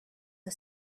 had